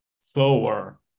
slower